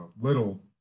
little